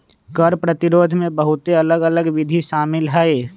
कर प्रतिरोध में बहुते अलग अल्लग विधि शामिल हइ